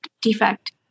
defect